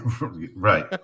Right